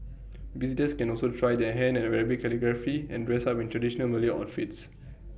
visitors can also try their hand at Arabic calligraphy and dress up in traditional Malay outfits